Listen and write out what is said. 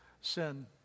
sin